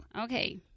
Okay